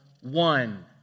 one